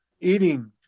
eating